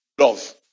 love